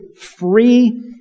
free